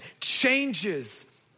changes